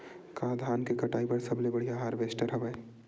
का धान के कटाई बर सबले बढ़िया हारवेस्टर हवय?